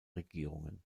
regierungen